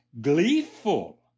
gleeful